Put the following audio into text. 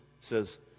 says